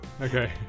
Okay